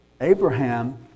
Abraham